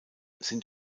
sind